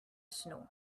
snow